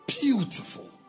Beautiful